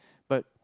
but